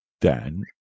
Dan